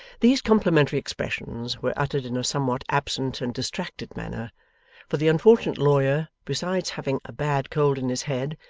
these complimentary expressions were uttered in a somewhat absent and distracted manner for the unfortunate lawyer, besides having a bad cold in his head,